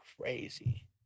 crazy